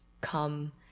come